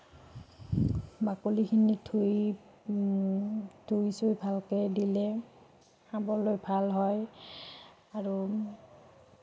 বাকলিখিনি ধুই ধুই চুই ভালকে দিলে খাবলৈ ভাল হয় আৰু